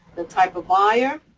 the type of buyer,